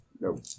no